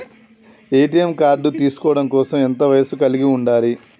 ATM card తీసుకోవడం కోసం ఎంత వయస్సు కలిగి ఉండాలి?